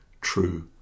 true